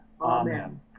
Amen